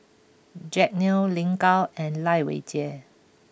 Jack Neo Lin Gao and Lai Weijie